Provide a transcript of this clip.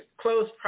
close